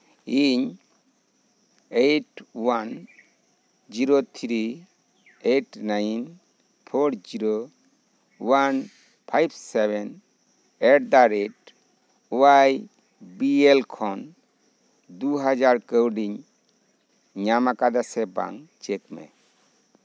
ᱤᱧ eight one zero three eight nine four zero one five seven ᱮᱰᱫᱟ ᱨᱮᱴ ᱳᱣᱟᱭ ᱵᱤᱭᱮᱞ ᱠᱷᱚᱱ ᱫᱩ ᱦᱟᱡᱟᱨ ᱠᱟᱹᱣᱰᱤᱧ ᱧᱟᱢ ᱟᱠᱟᱫᱟ ᱥᱮ ᱵᱟᱝ ᱪᱮᱹᱠ ᱢᱮ